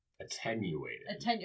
attenuated